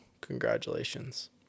Congratulations